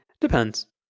Depends